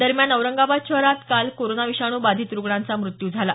दरम्यान औरंगाबाद शहरात काल कोरोना विषाणू बाधित रुग्णांचा मृत्यू झाला